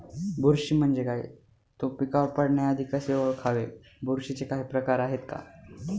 बुरशी म्हणजे काय? तो पिकावर पडण्याआधी कसे ओळखावे? बुरशीचे काही प्रकार आहेत का?